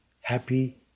happy